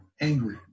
angry